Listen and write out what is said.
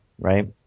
right